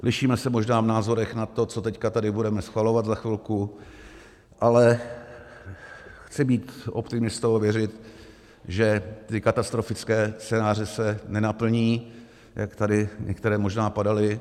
Lišíme se možná v názorech na to, co teď tady budeme schvalovat za chvilku, ale chci být optimistou a věřit, že ty katastrofické scénáře se nenaplní, jak tady některé možná padaly.